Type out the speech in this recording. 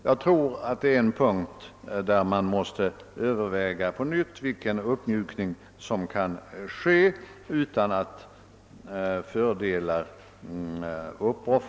Här tror jag är en punkt där man på nytt måste överväga vilka uppmjukningar som kan göras utan att några fördelar går till spillo.